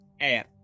air